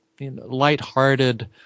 lighthearted